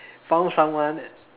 found someone